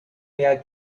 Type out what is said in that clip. beer